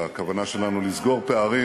לכוונה שלנו לסגור פערים.